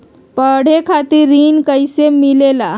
पढे खातीर ऋण कईसे मिले ला?